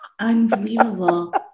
Unbelievable